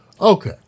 Okay